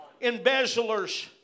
Embezzlers